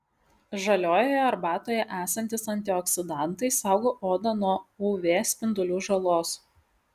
žaliojoje arbatoje esantys antioksidantai saugo odą nuo uv spindulių žalos